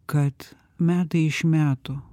kad metai iš metų